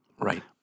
Right